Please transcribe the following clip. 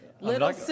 Little